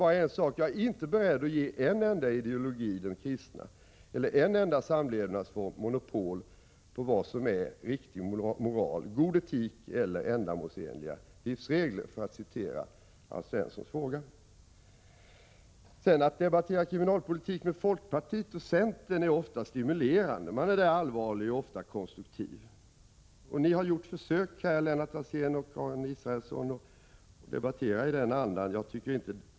Jag är emellertid inte beredd att ge en enda ideologi, den kristna, eller en enda samlevnadsform monopol på vad som är riktig moral, god etik eller ändamålsenliga livsregler, som Alf Svensson nämner i interpellationen. Att debattera kriminalpolitik med folkpartiet och centern är ofta stimulerande — inläggen är allvarliga och ofta konstruktiva, och Lennart Alsén och Karin Israelsson har försökt debattera i den andan.